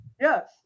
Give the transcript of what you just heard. Yes